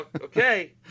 Okay